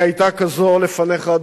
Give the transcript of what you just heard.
היא היתה כזאת לפניך,